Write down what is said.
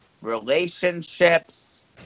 relationships